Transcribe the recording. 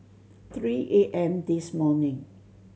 three A M this morning